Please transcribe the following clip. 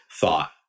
thought